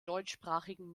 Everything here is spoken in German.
deutschsprachigen